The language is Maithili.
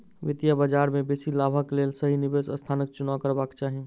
वित्तीय बजार में बेसी लाभक लेल सही निवेश स्थानक चुनाव करबाक चाही